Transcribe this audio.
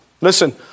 Listen